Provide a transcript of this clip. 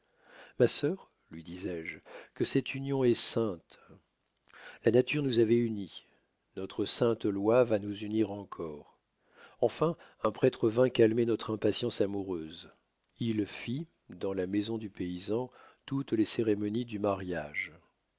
ma sœur lui dis-je que cette union est sainte la nature nous avoit unis notre sainte loi va nous unir encore enfin un prêtre vint calmer notre impatience amoureuse il fit dans la maison du paysan toutes les cérémonies du mariage